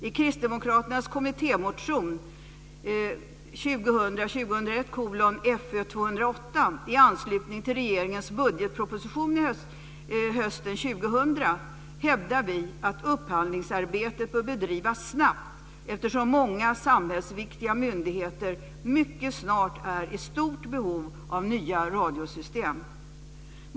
I Kristdemokraternas kommittémotion 2000/01:Fö208 i anslutning till regeringens budgetproposition hösten 2000 hävdar vi att upphandlingsarbetet bör bedrivas snabbt, eftersom många samhällsviktiga myndigheter mycket snart är i stort behov av nya radiosystem.